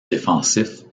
défensif